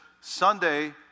Sunday